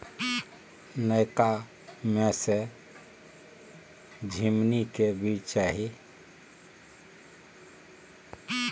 नयका में से झीमनी के बीज चाही?